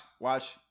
watch